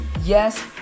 Yes